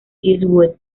eastwood